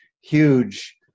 huge